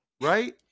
right